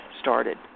started